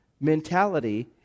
mentality